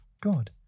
God